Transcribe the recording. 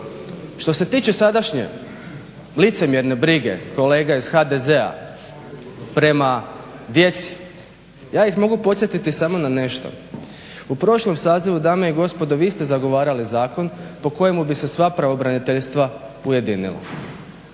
Što se tiče sadašnje licemjerne brige kolega iz HDZ-a prema djeci, ja ih mogu podsjetiti samo na nešto, u prošlom sazivu dame i gospodo vi ste zagovarali zakon po kojemu bi se sva pravobraniteljstva ujedinila.